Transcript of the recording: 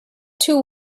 two